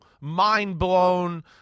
mind-blown